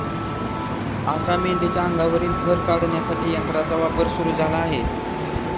आता मेंढीच्या अंगावरील फर काढण्यासाठी यंत्राचा वापर सुरू झाला आहे